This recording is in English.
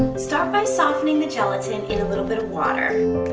start by softening the gelatin in a little bit of water.